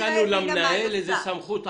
כאן נתנו למנהל איזו סמכות-על.